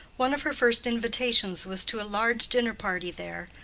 one of her first invitations was to a large dinner-party there,